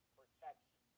protection